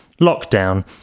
lockdown